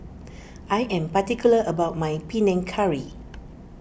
I am particular about my Panang Curry